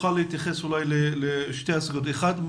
תוכל להתייחס אולי לשתי הסוגיות: אחת,